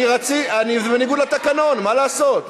זה בניגוד לתקנון, מה לעשות.